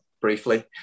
briefly